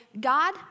God